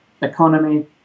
economy